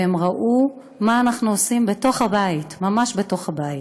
והם ראו מה אנחנו עושים בתוך הבית, ממש בתוך הבית.